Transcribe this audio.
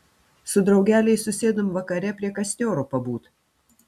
su draugeliais susėdom vakare prie kastioro pabūt